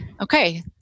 Okay